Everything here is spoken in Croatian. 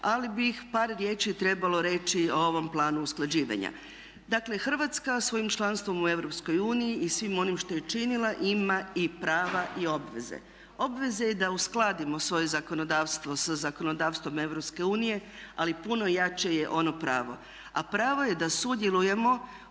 ali bi par riječi trebalo reći o ovom planu usklađivanja. Dakle Hrvatska svojim članstvom u Europskoj uniji i svim onim što je činila ima i prava i obveze. Obveze da uskladimo svoje zakonodavstvo sa zakonodavstvom Europske unije ali puno jače je ono pravo. A pravo je da sudjelujemo